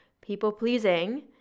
People-pleasing